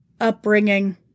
upbringing